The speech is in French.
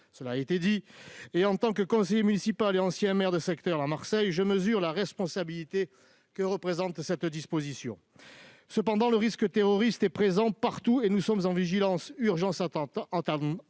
l'a dit. En tant que conseiller municipal et ancien maire de secteur à Marseille, je mesure la responsabilité qu'induit cette disposition. Cependant, le risque terroriste est présent partout, et nous sommes au niveau de vigilance « urgence attentat ».